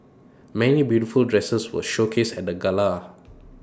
many beautiful dresses were showcased at the gala